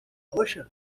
roxa